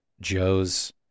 Joe's